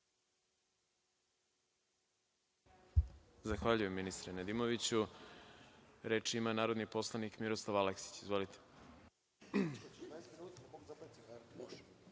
Zahvaljujem ministre Nedimoviću. Reč ima narodni poslanik Miroslav Aleksić. Izvolite.